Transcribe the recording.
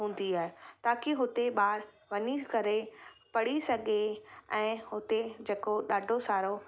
हूंदी आहे ताकी हुते ॿारु वञी करे पढ़ी सघे ऐं हुते जेको ॾाढो सारो